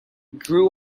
drew